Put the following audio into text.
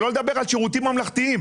שלא לדבר על שירותים ממלכתיים.